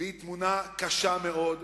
והיא תמונה קשה מאוד,